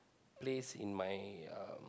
place in my uh